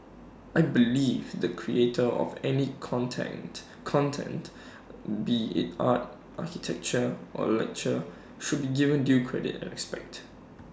I believe the creator of any content content be IT art architecture or literature should be given due credit and respect